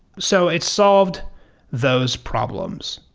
so it solved those problems.